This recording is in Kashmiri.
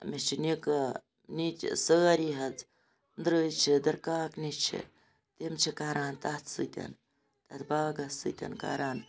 مےٚ چھُ نِکہٕ نِچ سٲری حظ درٛوے چھِ دٕرکاکنہِ چھ تِم چھِ کَران تَتھ سۭتۍ تَتھ باغَس سۭتۍ کَران